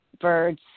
birds